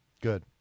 Good